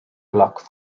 block